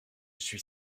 suis